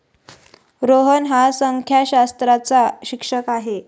रोहन हा संख्याशास्त्राचा शिक्षक आहे